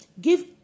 Give